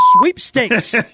sweepstakes